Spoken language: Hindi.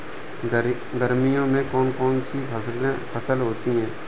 गर्मियों में कौन कौन सी फसल होती है?